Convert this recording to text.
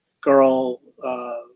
girl